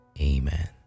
Amen